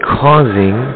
causing